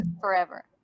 forever